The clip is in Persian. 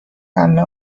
عمه